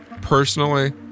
Personally